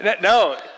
No